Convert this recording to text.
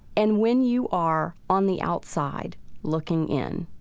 and when you are on the outside looking in,